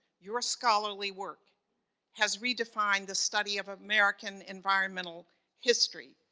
your scholarly work has redefined the study of american environmental history.